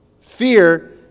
Fear